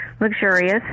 Luxurious